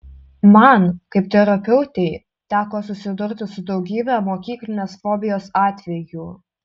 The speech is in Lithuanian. man kaip terapeutei teko susidurti su daugybe mokyklinės fobijos atvejų